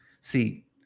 See